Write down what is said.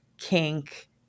kink